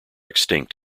extinct